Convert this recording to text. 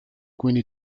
quindi